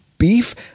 beef